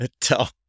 tell